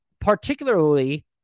particularly